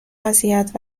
اذیت